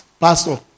Pastor